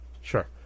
Sure